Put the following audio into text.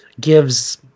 gives